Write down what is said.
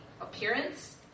appearance